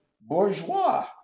bourgeois